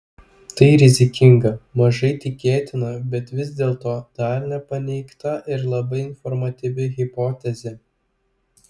tai rizikinga mažai tikėtina bet vis dėlto dar nepaneigta ir labai informatyvi hipotezė